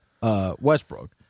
Westbrook